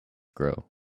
grow